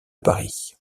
paris